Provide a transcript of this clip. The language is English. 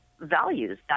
values